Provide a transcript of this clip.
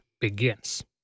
begins